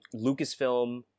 Lucasfilm